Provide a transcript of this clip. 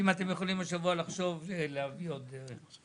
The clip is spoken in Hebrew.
אם אתם יכולים השבוע לחשוב להביא עוד.